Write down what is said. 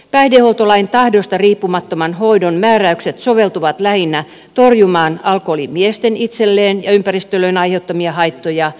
päihdehuoltolain tahdosta riippumattoman hoidon määräykset soveltuvat lähinnä torjumaan alkoholistimiesten itselleen ja ympäristölleen aiheuttamia haittoja